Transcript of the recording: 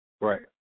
Right